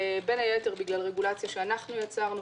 בין היתר בגלל רגולציה שאנחנו יצרנו.